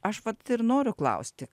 aš vat ir noriu klausti